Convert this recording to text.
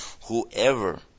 Whoever